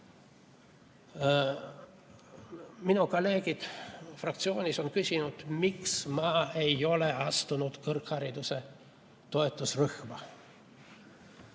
Minu kolleegid fraktsioonist on küsinud, miks ma ei ole astunud kõrghariduse toetusrühma.